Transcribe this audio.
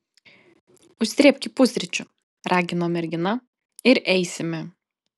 užsrėbki pusryčių ragino mergina ir eisime